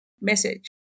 message